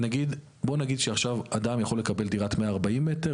בוא נגיד שעכשיו אדם יכול לקבל דירת 140 מ"ר,